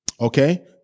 Okay